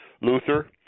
Luther